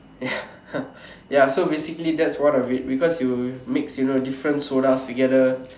ya ya so basically that's one of it because you mix you know different sodas together